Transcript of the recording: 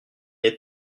est